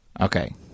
Okay